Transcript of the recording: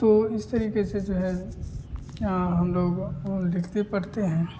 तो इस तरीके से जो है हम लोग लिखते पढ़ते हैं